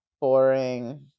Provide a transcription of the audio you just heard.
Boring